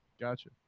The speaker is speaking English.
Gotcha